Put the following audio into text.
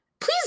please